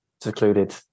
secluded